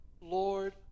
Lord